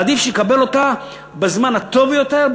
ועדיף שיקבל אותה בזמן הטוב ביותר,